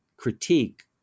critique